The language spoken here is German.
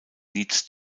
leeds